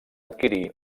adquirí